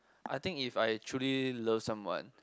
I think if I truly love someone